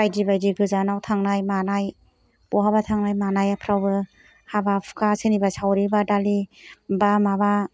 बायदि बायदि गोजानाव थांनाय मानाय बहाबा थांनाय मानायफ्रावबो हाबा हुखा सोरनिबा सावरि बादालि बा माबा